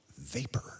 vapor